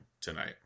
tonight